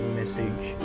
message